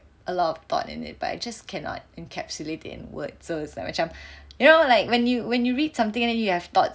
a lot of thought in it but I just cannot encapsulate it in words so is like macam you know like when you when you read something and then you have thoughts